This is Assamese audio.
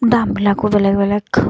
দামবিলাকো বেলেগ বেলেগ